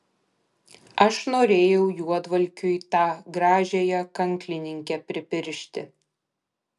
aš norėjau juodvalkiui tą gražiąją kanklininkę pripiršti